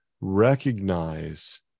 recognize